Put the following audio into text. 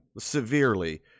severely